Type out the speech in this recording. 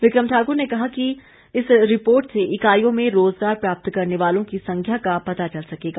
विक्रम ठाक्र ने कहा कि इस रिपोर्ट से इकाईयों में रोजगार प्राप्त करने वालों की संख्या का पता चल सकेगा